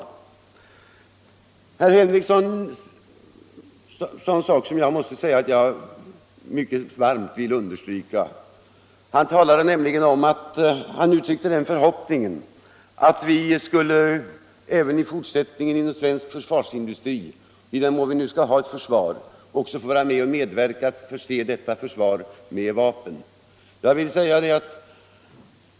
18 februari 1976 Herr Henrikson sade en sak som jag mycket gärna vill understryka. Han uttryckte nämligen den förhoppningen att svensk försvarsindustri = Krigsmaterielinduäven i fortsättningen, i den mån vi nu skall ha ett försvar, skall få med = strin verka till att förse detta försvar med vapen.